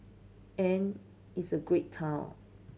and it's a great town